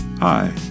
Hi